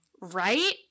Right